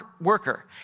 worker